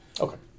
Okay